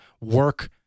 work